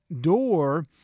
door